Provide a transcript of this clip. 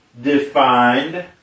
defined